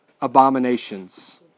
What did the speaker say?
abominations